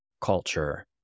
culture